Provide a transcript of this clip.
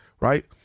right